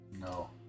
no